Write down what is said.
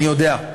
אני יודע,